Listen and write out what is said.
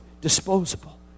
disposable